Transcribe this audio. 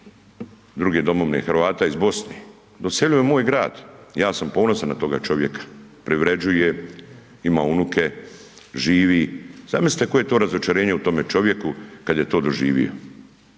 druge domovine Hrvata, iz Bosne, doselio je u moj grad, ja sam ponosan na toga čovjeka, privređuje, ima unuke, živi. Zamislite koje je to razočarenje u tome čovjeku kad je to doživio,